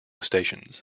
stations